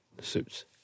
Suits